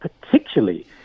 particularly